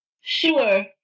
Sure